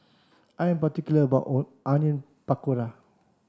I am particular about Onion Pakora